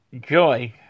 joy